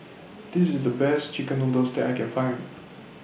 This IS The Best Chicken Noodles that I Can Find